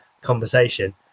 conversation